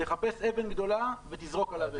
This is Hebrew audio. תחפש אבן גדולה ותזרוק עליו אבן.